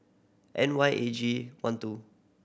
N Y eight G one two